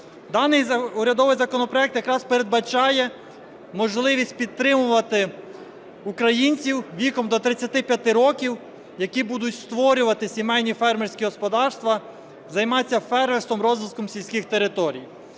Даний урядовий законопроект якраз передбачає можливість підтримувати українців віком до 35 років, які будуть створювати сімейні фермерські господарства, займатися фермерством і розвитком сільських територій